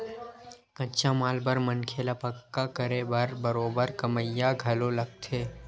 कच्चा माल बर मनखे ल पक्का करे बर बरोबर कमइया घलो लगथे